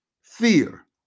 fear